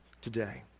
today